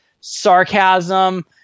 sarcasm